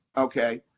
ok?